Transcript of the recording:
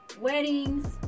weddings